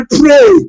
pray